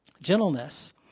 Gentleness